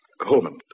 Holman